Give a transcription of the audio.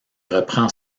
reprend